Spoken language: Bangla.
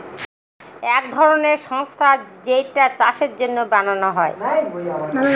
এক ধরনের সংস্থা যেইটা চাষের জন্য বানানো হয়